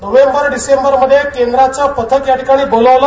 November December केंद्राचं पथक या ठिकाणी बोलावलं